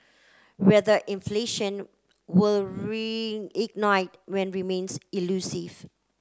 whether inflation will reignite when remains elusive